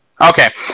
Okay